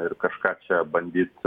ir kažką čia bandyt